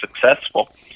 successful